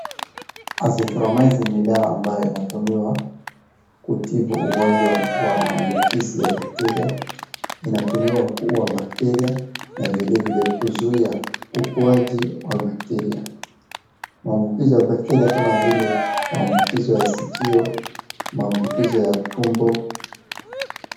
Azithromycin ni dawa ambayo inatumiwa kutibu ugonjwa wa maambukizi ya bakteria, inatumiwa kuuwa bakteria na vilevile kuzuia ukuaji wa bakteria. Maambukizo ya bakteria kama vile maambukizo ya sikio, maambukizo ya tumbo.